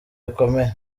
bikomeye